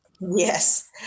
Yes